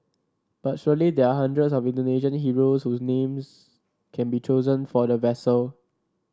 but surely there are hundreds of Indonesian heroes whose names can be chosen for the vessel